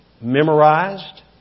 memorized